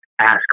ask